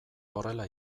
horrela